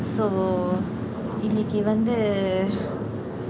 so இன்னைக்கு வந்து:innaikku vandthu